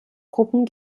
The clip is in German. gruppen